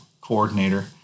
coordinator